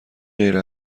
غیر